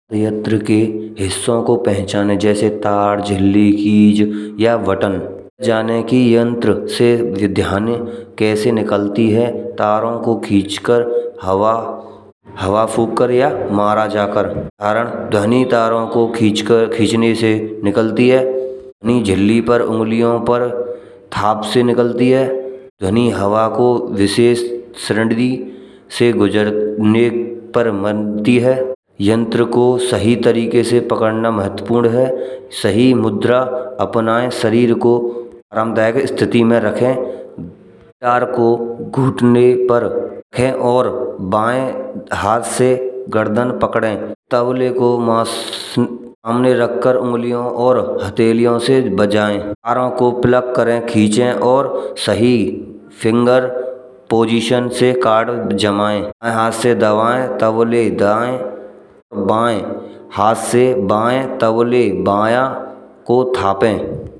यत्र के हिस्सों को पहचाने जैसे तद, झिल्ली, खींच या वतन जाने की यंत्र से विधान कैसे निकालती है। तारों को खींचकर हवा हवा फूंक कर या मारा जा कर उदाहरण ध्वनि तारों को खींचकर खींचने से निकलती है। नी झिल्ली पर उंगलियों पर थप से निकलती है। ध्वनि हवाओं को विशेष सरन्द्रि से गुजरने पर मानती है। यंत्र को सही तरीके से पकड़ना महत्वपूर्ण है सही मुद्रा अपनाये। शरीर को आरामदायक स्थिति में रखे। तार को घुटने पर रखे और बाएं हाथ से गर्दन पकड़ें। तबले को मास सामने रख कर उंगलियों और हथेलियों से बजाये। तारों को प्लग करे खींचे और सही फिंगर पोजीशन से कार्ड जमाये बाएं हाथ से दबाये टबले दाएं बाएं हाथ से बायां टबले बाया को थपे।